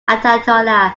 ayatollah